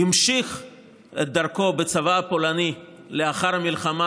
הוא המשיך את דרכו בצבא הפולני לאחר המלחמה,